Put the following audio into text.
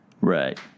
Right